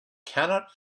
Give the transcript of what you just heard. cannot